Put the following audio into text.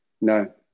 No